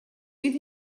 bydd